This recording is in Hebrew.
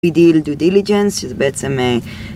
בדיל, דו-דיליג'נס, שזה בעצם.